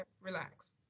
relax